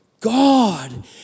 God